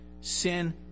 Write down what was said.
sin